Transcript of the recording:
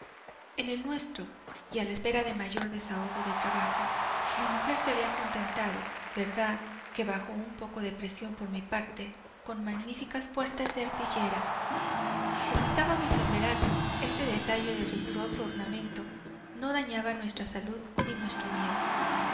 en el nuestro y a la espera de mayor desahogo de trabajo mi mujer se había contentado verdad que bajo un poco de presión por mi parte con magníficas puertas de arpillera como estábamos en verano este detalle de riguroso ornamento no dañaba nuestra salud ni nuestro miedo